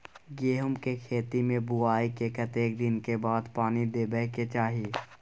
गेहूँ के खेती मे बुआई के कतेक दिन के बाद पानी देबै के चाही?